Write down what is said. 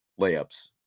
layups